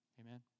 Amen